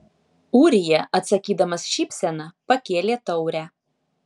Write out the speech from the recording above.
ūrija atsakydamas šypsena pakėlė taurę